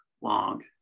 long